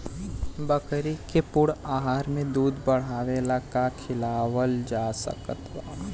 बकरी के पूर्ण आहार में दूध बढ़ावेला का खिआवल जा सकत बा?